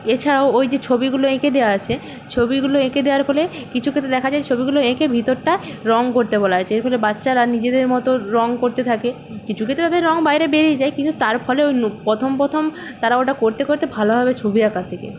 এছাড়াও ওই যে ছবিগুলো এঁকে দেওয়া আছে ছবিগুলো এঁকে দেওয়ার ফলে কিছু ক্ষেত্রে দেখা যায় ছবিগুলো এঁকে ভিতরটায় রঙ করতে বলা হয়েছে এর ফলে বাচ্চারা নিজেদের মতো রঙ করতে থাকে কিছু ক্ষেত্রে তাদের রঙ বাইরে বেরিয়ে যায় কিন্তু তার ফলে ওই প্রথম প্রথম তারা ওটা করতে করতে ভালোভাবে ছবি আঁকা শেখে